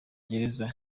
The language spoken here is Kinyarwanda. gereza